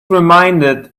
reminded